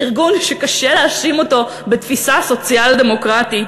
ארגון שקשה להאשים אותו בתפיסה סוציאל-דמוקרטית,